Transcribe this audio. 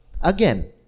again